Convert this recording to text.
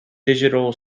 digital